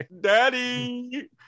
daddy